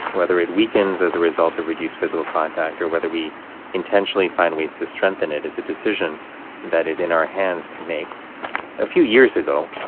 whether it weakens as a result of reduced physical contact or whether we intentionally find ways to strengthen it is a decision that is in our hands to make a few years ago,